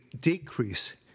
decrease